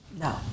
no